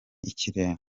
ikirengaaa